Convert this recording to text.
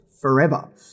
forever